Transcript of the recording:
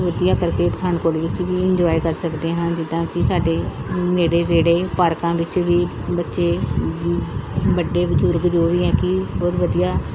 ਵਧੀਆ ਕਰਕੇ ਪਠਾਨਕੋਟ ਵਿੱਚ ਵੀ ਇੰਜੋਆਏ ਕਰ ਸਕਦੇ ਹਨ ਜਿੱਦਾਂ ਕਿ ਸਾਡੇ ਨੇੜੇ ਤੇੜੇ ਪਾਰਕਾਂ ਵਿੱਚ ਵੀ ਬੱਚੇ ਵੱਡੇ ਬਜ਼ੁਰਗ ਜੋ ਵੀ ਹੈ ਕਿ ਬਹੁਤ ਵਧੀਆ